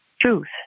Truth